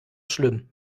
schlimm